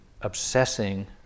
obsessing